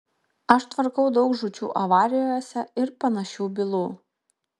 aš tvarkau daug žūčių avarijose ir panašių bylų